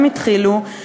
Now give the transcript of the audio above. הם התחילו,